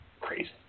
Crazy